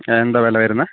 എന്താ വില വരുന്നത്